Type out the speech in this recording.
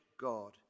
God